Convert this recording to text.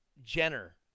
Jenner